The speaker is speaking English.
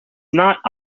not